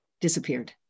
disappeared